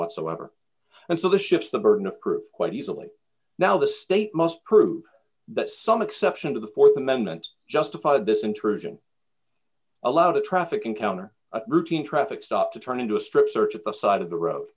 whatsoever and so the shift the burden of proof quite easily now the state must prove that some exception to the th amendment justified this intrusion allowed a traffic encounter routine traffic stop to turn into a strip search at the side of the road